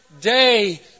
day